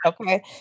okay